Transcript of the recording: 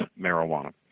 marijuana